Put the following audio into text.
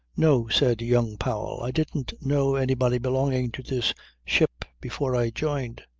no, said young powell, i didn't know anybody belonging to this ship before i joined.